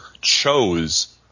chose